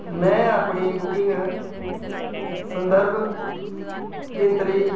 में अपनी बुकिंग संदर्भ गिनतरी